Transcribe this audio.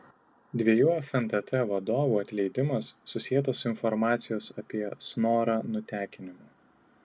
dviejų fntt vadovų atleidimas susietas su informacijos apie snorą nutekinimu